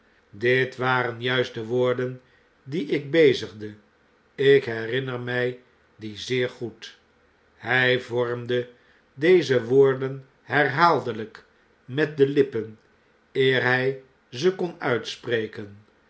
dit waren juist de woorden die ik bezigde ik herinner my die zeer goed hij vormde deze woorden herhaaldelp met de lippen eer hij ze kon uitspreken